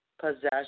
possession